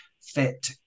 fit